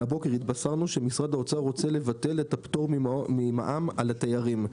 מהבוקר התבשרנו שמשרד האוצר רוצה לבטל את הפטור ממע"מ על התיירים.